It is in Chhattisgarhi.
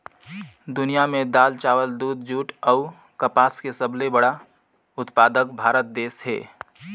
दुनिया में दाल, चावल, दूध, जूट अऊ कपास के सबले बड़ा उत्पादक भारत देश हे